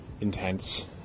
intense